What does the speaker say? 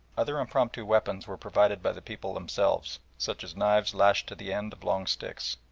other impromptu weapons were provided by the people themselves, such as knives lashed to the end of long sticks,